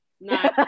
No